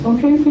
Okay